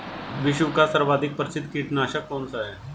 विश्व का सर्वाधिक प्रसिद्ध कीटनाशक कौन सा है?